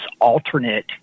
alternate